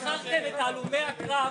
מכרתם את הלומי הקרב,